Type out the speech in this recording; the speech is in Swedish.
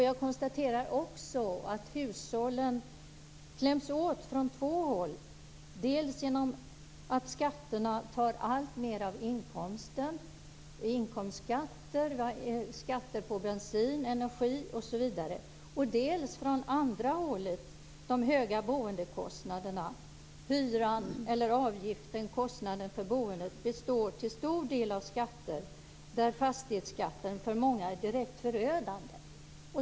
Jag konstaterar också att hushållen kläms åt från två håll, dels genom att skatterna tar alltmer av inkomsten - vi har inkomstskatter, skatter på bensin, energi osv. - dels genom de höga boendekostnaderna. Hyran eller avgiften, kostnaden för boendet, består till stor del av skatter där fastighetsskatten för många är direkt förödande.